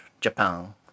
Japan